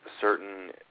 certain